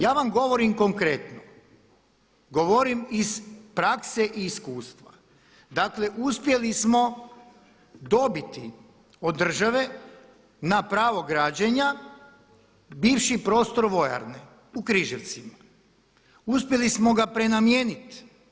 Ja vam govorim konkretno, govorim iz prakse i iskustva, dakle uspjeli smo dobiti od države na pravo građenja bivši prostor vojarne u Križevcima, uspjeli smo ga prenamijenit.